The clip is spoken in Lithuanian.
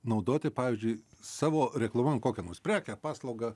naudoti pavyzdžiui savo reklamuojant kokią nors prekę paslaugą